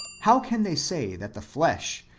how can they say that the flesh,